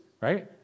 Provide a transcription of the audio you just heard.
right